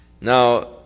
Now